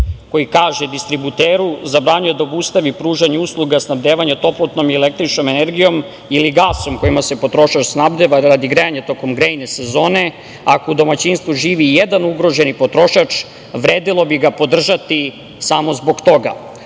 koji kaže da distributeru zabranjuje da obustavi pružanje usluga snabdevanje toplotnom i električnom energijom ili gasom kojima se potrošač snabdeva radi grejanja tokom grejne sezone ako u domaćinstvu živi i jedan ugroženi potrošač, vredelo bi ga podržati samo zbog toga,